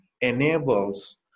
enables